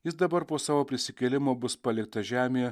jis dabar po savo prisikėlimo bus paliktas žemėje